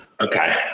Okay